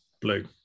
Blue